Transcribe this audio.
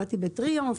עבדתי בטריומף.